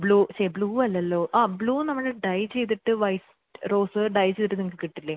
blue ഛെ blue അല്ലല്ലോ ആ ബ്ലൂ നമ്മള് ഡൈ ചെയ്തിട്ട് വൈറ്റ് റോസ് ഡൈ ചെയ്തിട്ട് നിങ്ങള്ക്ക് കിട്ടില്ലേ